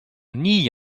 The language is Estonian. nii